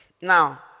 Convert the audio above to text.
Now